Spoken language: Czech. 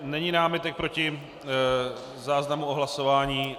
Není námitek proti záznamu o hlasování.